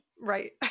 right